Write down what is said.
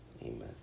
Amen